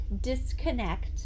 disconnect